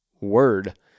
word